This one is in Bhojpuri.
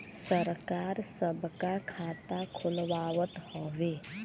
सरकार सबका खाता खुलवावत हउवे